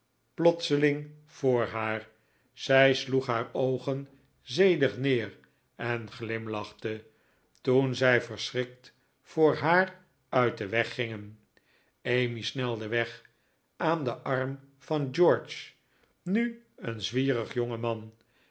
plotseling voor haar zij sloeg haar oogen zedig neer en glimlachte toen zij verschrikt voor haar uit den weg gingen emmy snelde weg aan den arm van george nu een zwierige jonge man